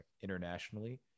internationally